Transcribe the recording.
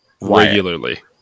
Regularly